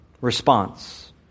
response